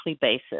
basis